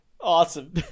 Awesome